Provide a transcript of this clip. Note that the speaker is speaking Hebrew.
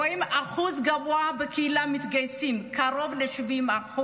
רואים אחוז גבוה בקהילה שמתגייסים, קרוב ל-70%,